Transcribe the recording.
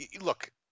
look